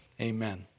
Amen